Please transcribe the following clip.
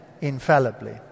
infallibly